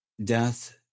death